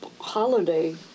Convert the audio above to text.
holiday